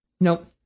Nope